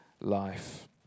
life